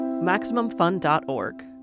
MaximumFun.org